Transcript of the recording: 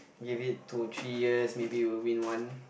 give it two or three years maybe will win one